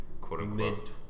quote-unquote